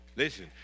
listen